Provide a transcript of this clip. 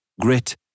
grit